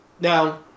Now